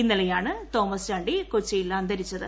ഇന്നലെയാണ് തോമസ് ചാണ്ടി കൊച്ചിയിൽ അന്തരിച്ചത്